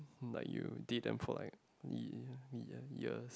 like you did and for like million million years